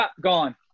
gone